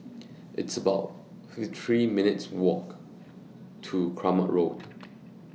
It's about fifty three minutes' Walk to Kramat Road